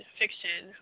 fiction